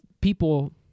people